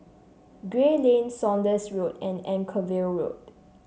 Gray Lane Saunders Road and Anchorvale Road